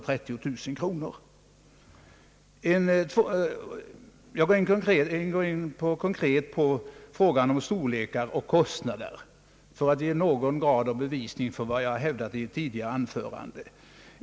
Jag går nu konkret in på frågan om storlekar och kostnader för att ge någon bevisning för vad jag hävdat i mitt tidigare anförande.